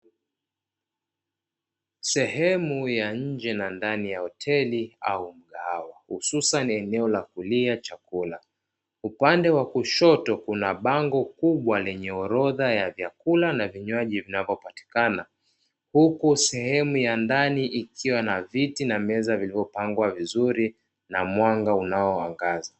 Sehemu ya nje na ndani ya hoteli au mgahawa hususani sehemu ya kuuzia chakula upande wa kushoto, kuna bango kubwa lenye orodha ya vyakula na vinywaji, vinavyopatikana huku sehemu ya ndani ikiwa na viti na meza zilizopangwa vizuri na mwanga unaoangaza.